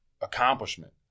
accomplishment –